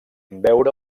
veure